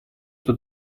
что